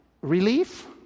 Relief